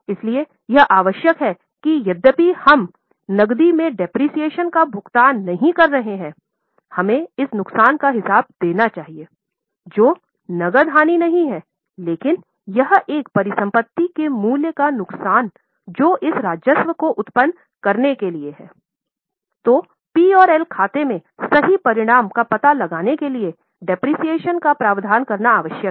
इसलिए यह आवश्यक है कि यद्यपि हम नकदी में मूल्यह्रास का प्रावधान करना आवश्यक है